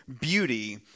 beauty